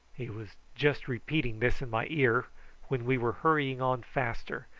he was just repeating this in my ear when we were hurrying on faster,